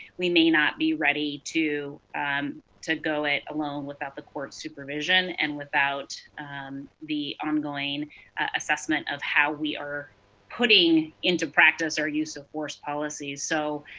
we may not be ready to um to go it alone without the court supervision, and without the ongoing assessment of how we are putting into practice our use of force policies. so,